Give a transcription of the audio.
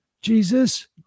Jesus